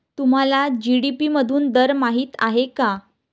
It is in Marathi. तुम्हाला जी.डी.पी मधून दर माहित आहे का?